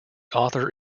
author